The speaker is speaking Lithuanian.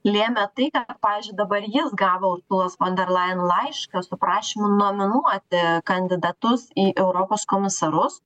lėmė tai ką pavyzdžiui dabar jis gavo uršulos val der lain laišką su prašymu nominuoti kandidatus į europos komisarus